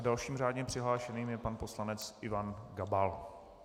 Dalším řádně přihlášeným je pan poslanec Ivan Gabal.